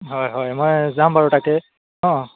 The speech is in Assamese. হয় হয় মই যাম বাৰু তাকে অঁ